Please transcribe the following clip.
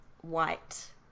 white